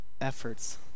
efforts